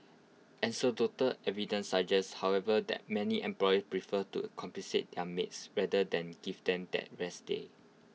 anecdotal evidence suggests however that many employers prefer to compensate their maids rather than give them that rest day